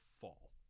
fall